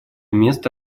место